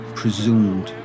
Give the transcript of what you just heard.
presumed